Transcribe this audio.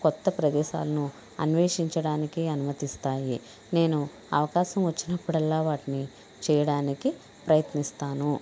కొత్త ప్రదేశాలను అన్వేషించడానికి అనుమతిస్తాయి నేను అవకాశం వచ్చినప్పుడల్లా వాటిని చేయడానికి ప్రయత్నిస్తాను